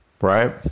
right